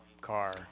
car